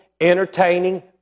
entertaining